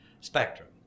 spectrum